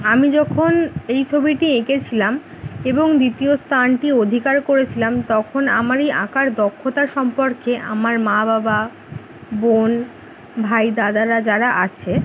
আমি যখন এই ছবিটি এঁকেছিলাম এবং দ্বিতীয় স্থানটি অধিকার করেছিলাম তখন আমার এই আঁকার দক্ষতা সম্পর্কে আমার মা বাবা বোন ভাই দাদারা যারা আছে